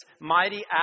mighty